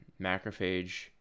macrophage